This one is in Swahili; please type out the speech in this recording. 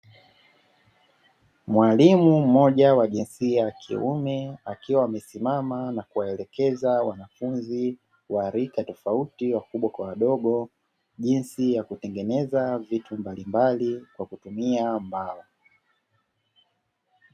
Mwalimu mmoja wa jinsia ya kiume akiwa amesimama na kuwaelekeza wanafunzi wa rika tofauti wakubwa kwa wadogo; jinsi ya kutengeneza vitu mbalimbali kwa kutumia mbao.